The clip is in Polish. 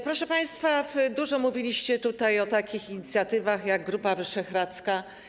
Proszę państwa, dużo mówiliście tutaj o takich inicjatywach jak Grupa Wyszehradzka.